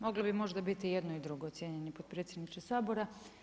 Moglo bi možda biti i jedno i drugo cijenjeni potpredsjedniče Sabora.